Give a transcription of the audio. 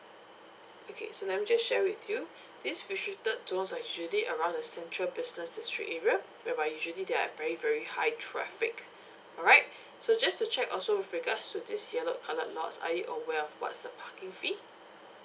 okay so let me just share with you these restricted zones are usually around the central business district area whereby usually there are very very high traffic alright so just to check also with regards to this yellow coloured lots are you aware of what's the parking fee